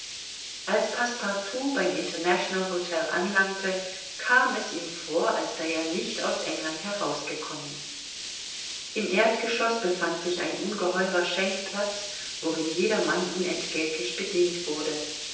als passepartout beim international htel anlangte kam es ihm vor als sei er nicht aus england herausgekommen im erdgeschoß befand sich ein ungeheurer schenkplatz worin jedermann unentgeltlich bedient wurde